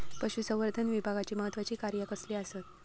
पशुसंवर्धन विभागाची महत्त्वाची कार्या कसली आसत?